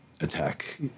attack